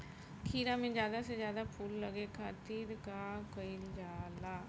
खीरा मे ज्यादा से ज्यादा फूल लगे खातीर का कईल जाला?